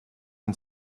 and